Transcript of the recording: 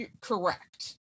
Correct